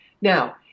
Now